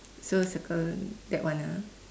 so circle that one ah